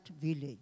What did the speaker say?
village